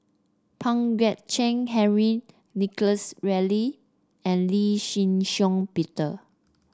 Pang Guek Cheng Henry Nicholas Ridley and Lee Shih Shiong Peter